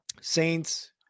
saints